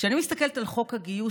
כשאני מסתכלת על חוק הגיוס,